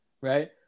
right